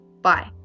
bye